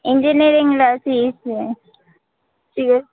ఇంజనీరింగ్లో CEC CS